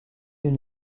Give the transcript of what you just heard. une